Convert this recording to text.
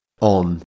on